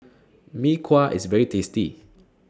Mee Kuah IS very tasty